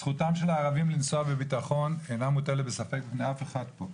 זכותם של הערבים לנסוע בביטחון אינה מוטלת בספק מאף אחד פה.